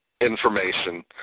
information